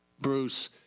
Bruce